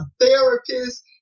therapist